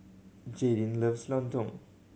Jaydin loves lontong